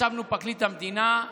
ישבנו פרקליט המדינה,